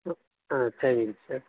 ஆ தேங்க்யூங்க சார்